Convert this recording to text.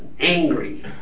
angry